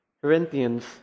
Corinthians